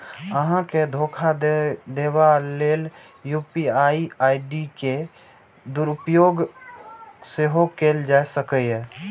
अहां के धोखा देबा लेल यू.पी.आई आई.डी के दुरुपयोग सेहो कैल जा सकैए